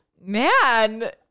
Man –